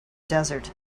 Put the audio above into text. desert